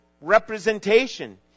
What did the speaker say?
representation